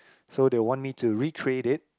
so they want me to recreate it